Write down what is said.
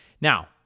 Now